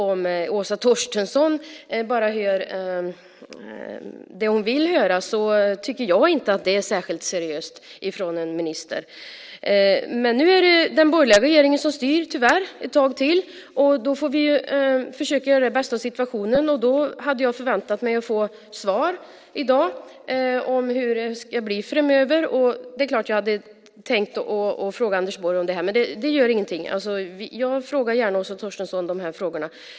Om Åsa Torstensson bara hör det som hon vill höra tycker jag inte att det är särskilt seriöst från en minister. Men nu är det tyvärr den borgerliga regeringen som styr ett tag till. Då får vi försöka göra det bästa av situationen. Jag hade därför förväntat mig att få svar i dag om hur det ska bli framöver. Det är klart att jag hade tänkt fråga Anders Borg om det här. Men jag ställer gärna dessa frågor till Åsa Torstensson.